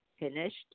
finished